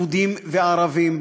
יהודים וערבים.